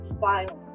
violence